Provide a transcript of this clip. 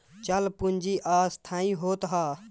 चल पूंजी अस्थाई होत हअ